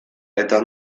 eta